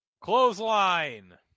Clothesline